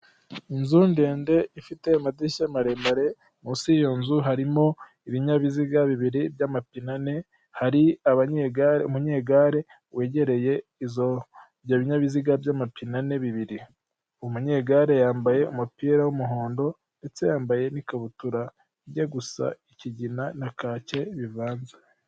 Inzu ndende ifite amadirishya maremare munsi y'iyo nzu harimo ibinyabiziga bibiri by'amapine ane umunyegare wegereye ibinyabiziga by'amapine abiri umunyegare yambaye umupira w'umuhondo ndetse yambaye n'ikabutura ijya gusa ikigina na kake bivanze.